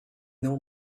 know